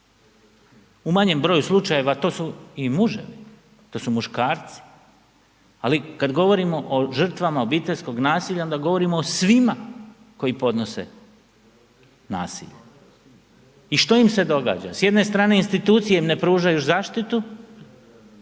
U manjem broju slučajeva to su i muževi, to su muškarci, ali kad govorimo o žrtvama obiteljskoga nasilja onda govorimo o svima koji podnose nasilje. I što im se događa? S jedne strane institucije ne pružaju zaštitu,